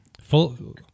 Full